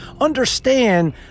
understand